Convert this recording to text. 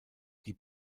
die